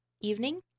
evening